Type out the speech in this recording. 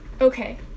Okay